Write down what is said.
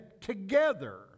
together